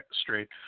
straight